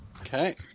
Okay